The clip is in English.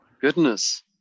goodness